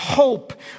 Hope